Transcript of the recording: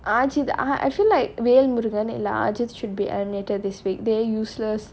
ajeedh ah I feel like velmurugan ajeedh should be eliminated this week they useless